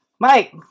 Mike